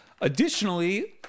Additionally